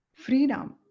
Freedom